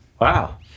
Wow